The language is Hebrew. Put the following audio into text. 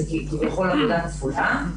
זאת כביכול עבודה כפולה.